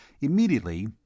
Immediately